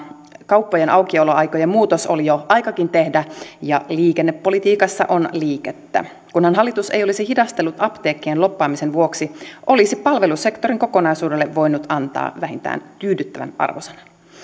kauppojen aukioloaikojen muutos oli jo aikakin tehdä ja liikennepolitiikassa on liikettä kunhan hallitus ei olisi hidastellut apteekkien lobbaamisen vuoksi olisi palvelusektorin kokonaisuudelle voinut antaa vähintään tyydyttävän arvosanan arvoisa